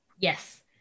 yes